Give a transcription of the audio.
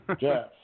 Jeff